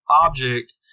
object